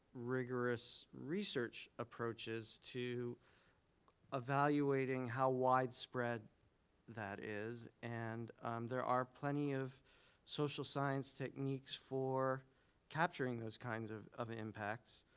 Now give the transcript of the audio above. rigorous research approaches to evaluating how widespread that is, and there are plenty of social science techniques for capturing those kinds of of impacts,